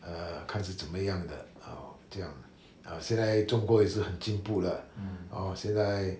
err 看是怎么样的 orh 这样现在中国也是很进步了 hor 现在